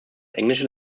englische